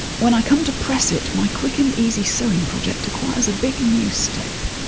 when i come to press it, my quick and easy sewing project acquires a big new step.